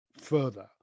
further